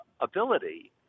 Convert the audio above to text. ability